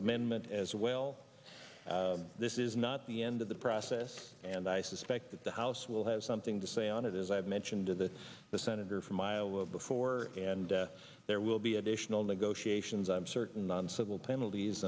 amendment as well this is not the end of the process and i suspect that the house will have something to say on it as i've mentioned to the the senator from iowa before and yes there will be additional negotiations i'm certain civil penalties